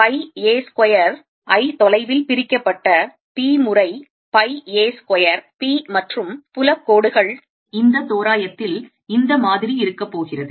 pi a square I தொலைவில் பிரிக்கப்பட்ட p முறை pi a ஸ்கொயர் p மற்றும் புல கோடுகள் இந்த தோராயத்தில் இந்த மாதிரி இருக்க போகிறது